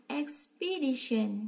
expedition